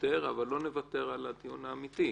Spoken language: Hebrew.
אבל לא נוותר על הדיון האמיתי.